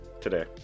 today